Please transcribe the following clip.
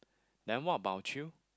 then what about you